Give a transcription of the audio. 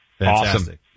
Awesome